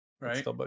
Right